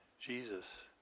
Jesus